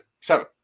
Seven